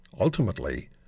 ultimately